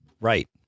Right